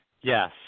Yes